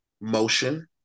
motion